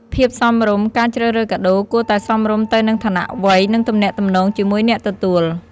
ភាពសមរម្យ ការជ្រើសរើសកាដូគួរតែសមរម្យទៅនឹងឋានៈ វ័យ និងទំនាក់ទំនងជាមួយអ្នកទទួល។